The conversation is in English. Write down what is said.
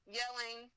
yelling